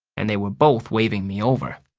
and they were both waving me over.